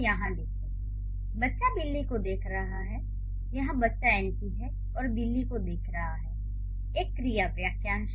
यहाँ देखे "बच्चा बिल्ली को देख रहा है" यहाँ "बच्चा" एनपी है और "बिल्ली को देख रहा है" एक क्रिया वाक्यांश है